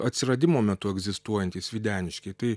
atsiradimo metu egzistuojantys videniškiai tai